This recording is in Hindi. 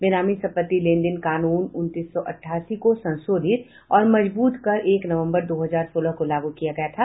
बेनामी संपत्ति लेन देन कानून उन्नीस सौ अठासी को संशोधित और मजबूत कर एक नवम्बर दो हजार सोलह को लागू किया गया था